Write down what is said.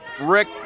Rick